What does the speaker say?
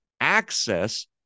access